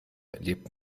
lebt